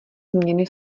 změny